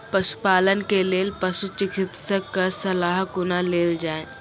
पशुपालन के लेल पशुचिकित्शक कऽ सलाह कुना लेल जाय?